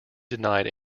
denied